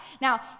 Now